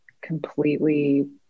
completely